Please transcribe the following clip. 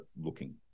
looking